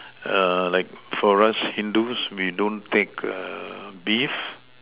err like for us Hindus we don't take err beef